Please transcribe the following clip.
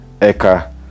eka